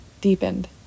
deepened